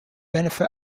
benefit